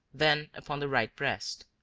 then upon the right breast.